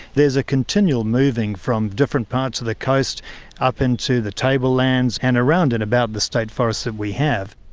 there's a continual moving from different parts of the coast up into the tablelands and around and about the state forests that we have.